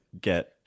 get